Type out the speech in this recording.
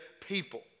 people